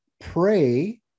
pray